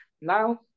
now